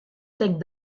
cinq